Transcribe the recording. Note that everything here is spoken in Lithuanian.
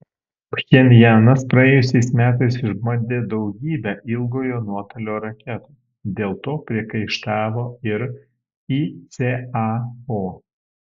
pchenjanas praėjusiais metais išbandė daugybę ilgojo nuotolio raketų dėl to priekaištavo ir icao